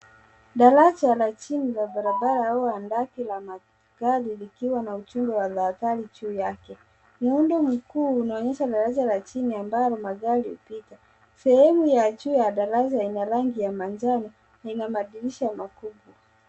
Daraja la chini la barabara au handaki la magari likiwa na ujumbe wa tahadhari juu yake. Muundo mkuu unaonyesha daraja la chini ambalo magari hupita. Sehemu ya juu ya daraja ina rangi ya manjano na ina madirisha makubwa.